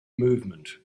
movement